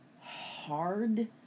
hard